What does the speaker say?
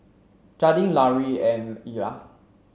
Jadyn Larue and Ila